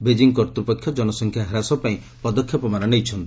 Beijing କର୍ତ୍ତୃପକ୍ଷ ଜନସଂଖ୍ୟା ହ୍ରାସ ପାଇଁ ପଦକ୍ଷେପମାନ ନେଇଛନ୍ତି